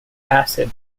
acid